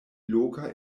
loka